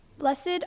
Blessed